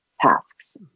tasks